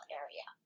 area